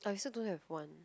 but it still don't have one